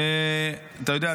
אתה יודע,